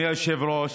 אדוני היושב-ראש,